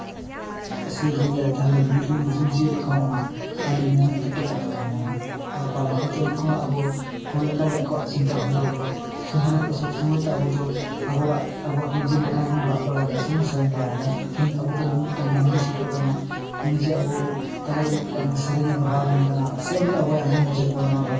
ᱥᱮ ᱨᱩᱭᱟᱭ ᱛᱟᱦᱞᱮ ᱵᱤᱨ ᱨᱮᱱ ᱡᱤᱵᱽᱼᱡᱤᱭᱟᱹᱞᱤ ᱠᱚᱦᱚᱸ ᱚᱱᱟ ᱟᱹᱰᱤ ᱢᱚᱱᱮ ᱠᱮᱴᱮᱡ ᱠᱟᱛᱮᱫ ᱠᱚ ᱟᱸᱡᱚᱢᱟ ᱟᱨ ᱯᱟᱞᱮ ᱦᱳᱭᱛᱳ ᱩᱱᱠᱩ ᱦᱚᱸ ᱟᱵᱚ ᱦᱚᱲ ᱞᱮᱠᱟ ᱜᱮ ᱟᱵᱚᱣᱟᱜ ᱪᱤᱱᱛᱟᱹ ᱵᱷᱟᱵᱽᱱᱟ ᱛᱟᱠᱚ ᱢᱮᱱᱟᱠᱚ ᱥᱚᱵᱽ ᱥᱚᱢᱚᱭ ᱛᱚ ᱟᱵᱚ ᱫᱚ ᱟᱵᱚᱣᱟᱜ ᱱᱤᱡᱮᱨ ᱞᱮᱠᱟ ᱜᱮᱵᱚᱱ ᱨᱟᱜ ᱵᱟᱲᱟᱭᱫᱟ ᱥᱮᱵᱚᱱ ᱥᱮᱨᱮᱧ ᱵᱟᱲᱟᱭᱮᱫᱟ ᱛᱟᱦᱞᱮ ᱢᱤᱫᱴᱟᱱ ᱢᱟᱹᱱᱢᱤ ᱥᱮᱴᱮᱨ ᱟᱠᱟᱱᱟᱭ ᱩᱱᱤ ᱡᱮ ᱟᱵᱚ ᱛᱟᱞᱟ ᱨᱮ ᱢᱤᱫᱴᱟᱝ ᱥᱮᱨᱮᱧᱮ ᱫᱚᱦᱚᱣᱟᱵᱚᱱ ᱠᱟᱱᱟ ᱥᱮ ᱩᱱᱤ ᱟᱵᱚᱭ ᱟᱸᱡᱚᱢ ᱦᱚᱪᱚᱭᱮᱫ ᱵᱚᱱᱟ ᱦᱚᱪᱚ